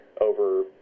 over